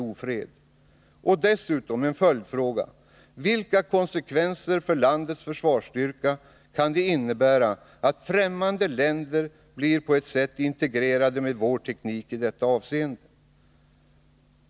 Och dessutom en följdfråga: Vilka kan konsekvenserna bli för landets försvarsstyrka om främmande länder på ett: sätt blir integrerade med vår teknik i detta avseende?